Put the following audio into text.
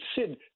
Sid